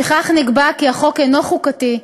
לפיכך נקבע כי החוק אינו חוקתי,